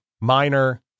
minor